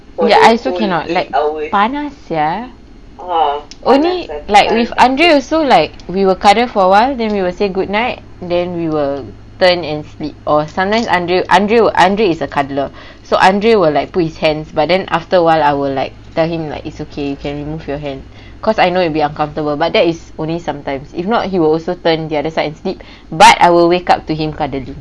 I also cannot like panas [sial] only like with andre also we will cuddle for awhile then we will say good night and we will turn and sleep or sometimes andre will andre andre is a cuddler so andre will like put his hands but then after awhile I will like tell him like it's okay you can move your hand because I know it'd be uncomfortable but that is only sometimes if not he will also turn the other side but I will wake up to him cuddling